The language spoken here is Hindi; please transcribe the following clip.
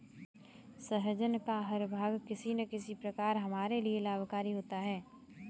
सहजन का हर भाग किसी न किसी प्रकार हमारे लिए लाभकारी होता है